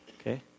Okay